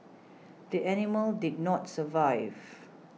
the animal did not survive